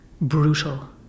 Brutal